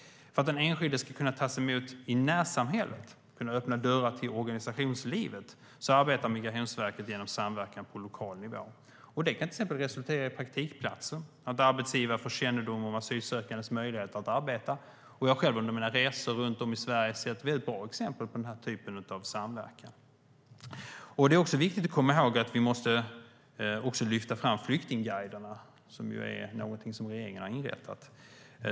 För att den enskilde ska kunna tas emot i närsamhället, kunna öppna dörrar till organisationslivet, arbetar Migrationsverket genom samverkan på lokal nivå. Det kan till exempel resultera i praktikplatser att arbetsgivare får kännedom om asylsökandes möjligheter att arbete. Jag har själv under mina resor runt om i Sverige sett väldigt bra exempel på den typen av samverkan. Det är viktigt att komma ihåg att vi också måste lyfta fram flyktingguiderna, som är något som regeringen har inrättat.